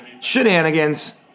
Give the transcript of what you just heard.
shenanigans